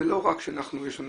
זה לא רק שיש לנו